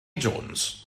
jones